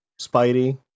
Spidey